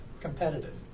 competitive